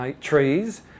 trees